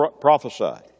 prophesied